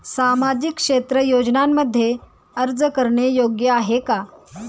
सामाजिक क्षेत्र योजनांमध्ये अर्ज करणे योग्य आहे का?